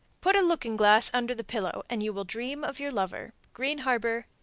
put a looking-glass under the pillow, and you will dream of your lover. green harbor,